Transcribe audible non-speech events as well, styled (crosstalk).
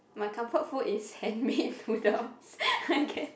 my comfort food is handmade noodle (laughs)